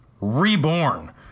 reborn